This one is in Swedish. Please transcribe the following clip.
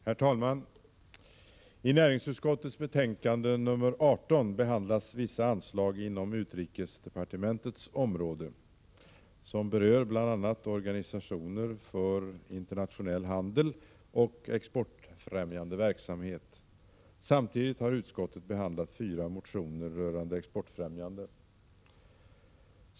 Herr talman! I näringsutskottets betänkande nr 18 behandlas vissa anslag inom utrikesdepartementets område som berör bl.a. organisationer för internationell handel och exportfrämjande verksamhet. Samtidigt har utskottet behandlat fyra motioner rörande exportfrämjande.